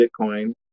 Bitcoin